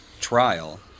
trial